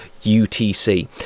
UTC